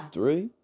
Three